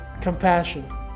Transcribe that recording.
compassion